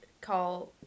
call